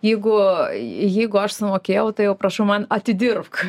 jeigu jeigu aš sumokėjau tai jau prašau man atidirbk